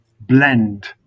blend